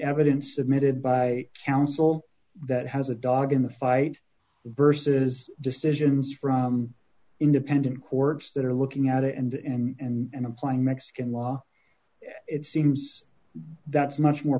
evidence submitted by counsel that has a dog in the fight versus decisions from independent courts that are looking at it and applying mexican law it seems that's much more